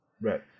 Right